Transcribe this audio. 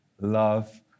Love